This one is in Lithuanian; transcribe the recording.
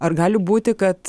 ar gali būti kad